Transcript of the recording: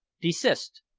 desist.